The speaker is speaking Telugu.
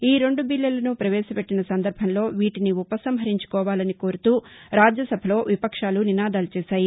ఈ రెండు బిల్లులను ప్రవేశ పెట్టిన సందర్భంలో వీటిని ఉపసంహరించుకోవాలని కోరుతూ రాజ్యసభలో విపక్షాలు నినాదాలు చేశాయి